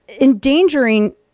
endangering